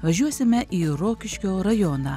važiuosime į rokiškio rajoną